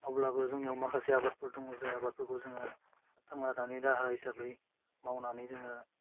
अब्लाबो जोंनियाव माखासे आबादफोर दङ जाय आबादफोरखौ जोङो थांना थानायनि राहा हिसाबै मावनानै जोङो